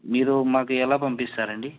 మీరు మాకు ఎలా పంపిస్తారండి